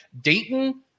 Dayton